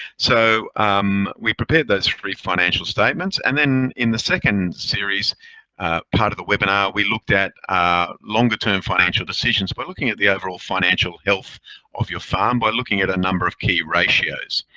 so um we prepared those three financial statements. and then in the second series part of the webinar, we looked at longer term financial decisions by looking at the overall financial health of your farm, by looking at a number of key ratios.